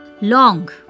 Long